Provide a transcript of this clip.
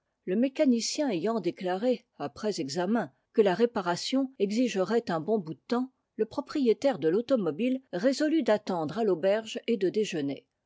le mécanicien ayant déclaré après examen que la réparation exigerait un bon bout de temps le propriétaire de l'automobile résolut d'attendre à l'auberge et de déjeuner